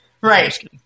Right